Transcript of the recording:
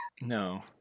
No